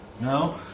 No